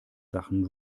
sachen